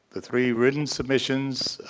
the three written submissions